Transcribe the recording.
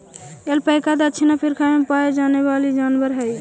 alpaca दक्षिण Africa में पावे जाए वाला जनावर हई